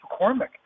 McCormick